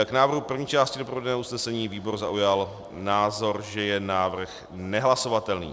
K návrhu první části doprovodného usnesení výbor zaujal názor, že je návrh nehlasovatelný.